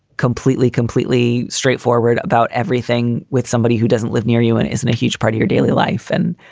completely, completely straightforward about everything with somebody who doesn't live near you and isn't a huge part of your daily life and